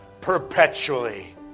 perpetually